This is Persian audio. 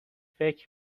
فکر